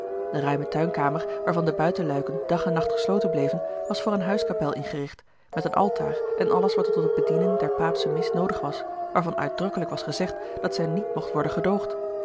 de ruime tuinkamer waarvan de buitenluiken dag en nacht gesloten bleven was voor eene huiskapel ingericht met een altaar en alles wat er tot het bedienen der paapsche mis noodig was waarvan uitdrukkelijk was gezegd dat zij niet mocht worden gedoogd